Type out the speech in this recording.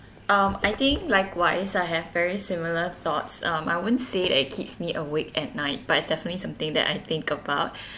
in their um I think likewise I have very similar thoughts um I won't say that it keeps me awake at night but it's definitely something that I think about